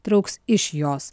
trauks iš jos